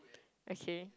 okay